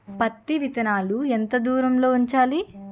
పత్తి విత్తనాలు ఎంత దూరంలో ఉంచాలి?